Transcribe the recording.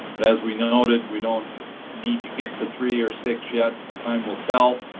but as we noted, we don't need to get to three or six yet, time will tell.